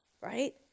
right